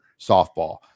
softball